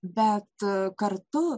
bet kartu